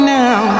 now